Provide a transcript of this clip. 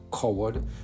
coward